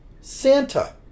Santa